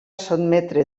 sotmetre